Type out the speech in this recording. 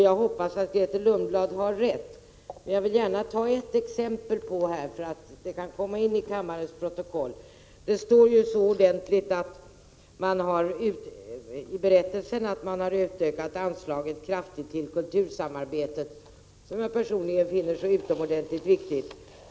Jag hoppas att Grethe Lundblad har rätt. Jag vill gärna anföra ett exempel, så att det kan komma in i kammarens protokoll. Det står så ordentligt i Nordiska rådets berättelse att man har utökat anslagen till kultursamarbetet kraftigt, vilket jag personligen finner utomordentligt viktigt.